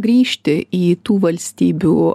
grįžti į tų valstybių